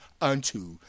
unto